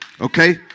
Okay